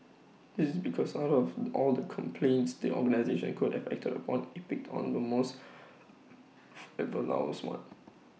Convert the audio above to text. this is because out of all the complaints the organisation could have acted upon IT pick on the most one